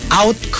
out